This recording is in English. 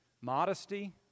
modesty